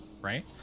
right